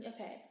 Okay